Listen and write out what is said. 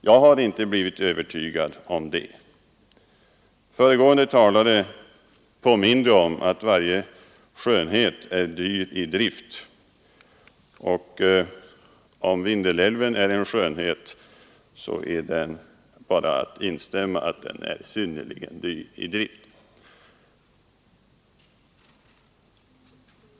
Jag har inte blivit övertygad om det. Föregående talare påminde om att varje skönhet är dyr i drift. Om Vindelälven är en skönhet är det bara att instämma: den är synnerligen dyr i drift.